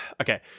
okay